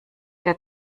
der